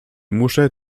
muszę